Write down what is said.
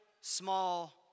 small